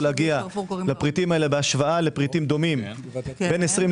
להגיע לפריטים האלה בהשוואה לפריטים דומים בין 20%,